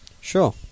Sure